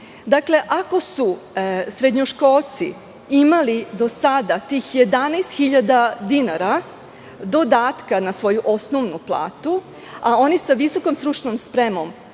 RGZ.Ako su srednjoškolci do sada imali tih 11.000 dinara dodatka na svoju osnovnu platu, a oni sa visokom stručnom spremom